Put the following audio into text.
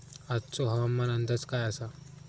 आजचो हवामान अंदाज काय आसा?